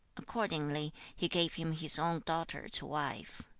accordingly, he gave him his own daughter to wife.